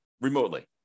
remotely